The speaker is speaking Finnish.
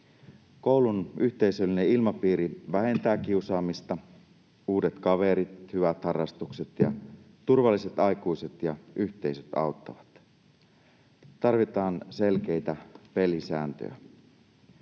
Koulun yhteisöllinen ilmapiiri vähentää kiusaamista. Uudet kaverit, hyvät harrastukset ja turvalliset aikuiset ja yhteisöt auttavat. Tarvitaan selkeitä pelisääntöjä.